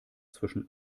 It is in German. zwischen